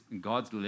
God's